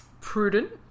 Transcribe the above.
Prudent